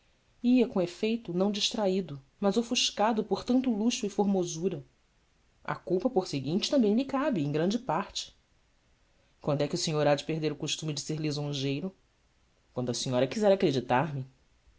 ia com efeito não distraído mas ofuscado por tanto luxo e formosura a culpa por conseguinte também lhe cabe e em grande parte quando é que o senhor há de perder o costume de ser lisonjeiro uando a senhora quiser acreditar me